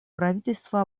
правительство